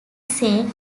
says